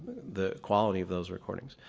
the quality of those recordings.